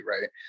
right